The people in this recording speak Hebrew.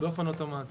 באופן אוטומטי.